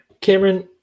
Cameron